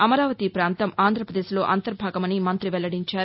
అమరావతి పాంతం ఆంధ్రపదేశ్లో అంతర్భాగమని మం్రతి వెల్లడించారు